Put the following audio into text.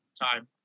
Time